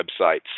websites